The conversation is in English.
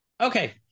Okay